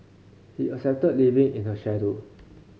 he accepted living in her shadow